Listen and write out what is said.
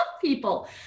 people